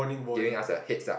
giving us a heads up